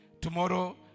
Tomorrow